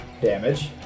damage